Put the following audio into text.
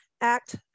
Act